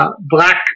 Black